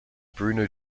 bruno